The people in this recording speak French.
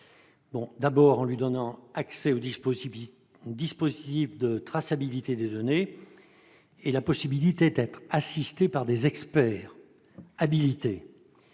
d'abord, en lui donnant accès au dispositif de traçabilité des données et en lui permettant d'être assistée par des experts habilités.